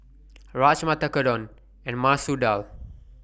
Rajma Tekkadon and Masoor Dal